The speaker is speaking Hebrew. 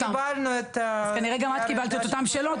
אנחנו קיבלנו את נייר ה --- אז כנראה גם את קיבלת את אותן שאלות,